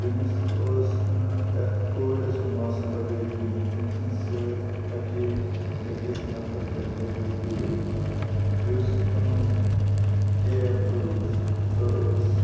تٔمِس ٲس نہٕ یَتھ کووِڈَس منٛز ماسٕک لَگٲوِتھ کِہیٖنۍ تٔمۍ سٕںٛدۍ سۭتۍ ہَکے بیٚکِس نفرَس بٮ۪مٲرۍ پھٲلِتھ یُس تٕہٕںٛز کیب ٲس سُہ ٲس